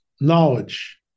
knowledge